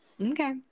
Okay